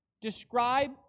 Describe